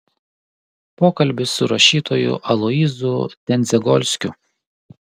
pokalbis su rašytoju aloyzu tendzegolskiu